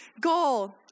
Goal